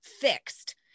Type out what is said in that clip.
fixed